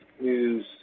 News